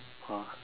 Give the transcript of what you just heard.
!wah!